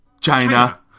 China